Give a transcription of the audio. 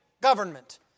government